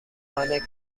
آهن